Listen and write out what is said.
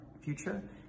future